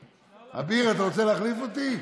אביר, אתה רוצה להחליף אותי?